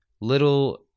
little